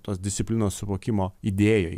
tos disciplinos suvokimo idėjoj